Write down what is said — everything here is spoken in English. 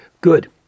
Good